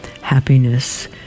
happiness